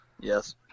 Yes